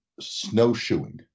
snowshoeing